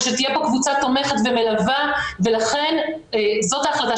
ושתהיה פה קבוצה תומכת ומלווה ולכן זאת ההחלטה,